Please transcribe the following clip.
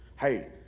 Hey